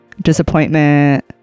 disappointment